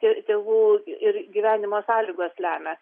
ir tėvų ir gyvenimo sąlygos lemia